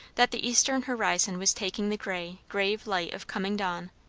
that the eastern horizon was taking the grey, grave light of coming dawn.